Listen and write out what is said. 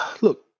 Look